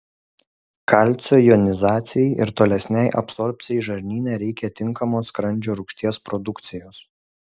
kalcio jonizacijai ir tolesnei absorbcijai žarnyne reikia tinkamos skrandžio rūgšties produkcijos